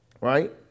Right